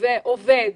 עבד ועובד,